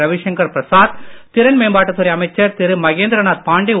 ரவிசங்கர் பிரசாத் திறன் மேம்பாட்டுத்துறை அமைச்சர் மகேந்திர நாத் பாண்டே திரு